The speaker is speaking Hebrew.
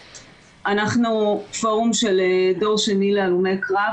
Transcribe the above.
אנחנו פורום של דור שני להלומי קרב,